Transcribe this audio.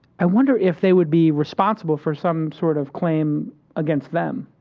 i wonder if they would be responsible for some sort of claim against them.